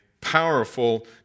powerful